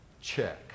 Check